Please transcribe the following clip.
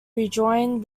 rejoined